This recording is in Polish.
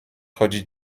chodzić